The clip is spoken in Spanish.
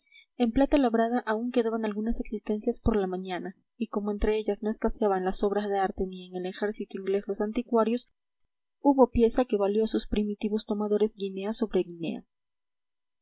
en plata labrada aún quedaban algunas existencias por la mañana y como entre ellas no escaseaban las obras de arte ni en el ejército inglés los anticuarios hubo pieza que valió a sus primitivos tomadores guinea